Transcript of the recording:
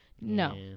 No